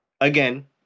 again